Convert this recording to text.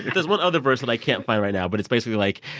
there's one other verse that i can't find right now, but it's basically like,